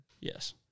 Yes